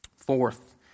Fourth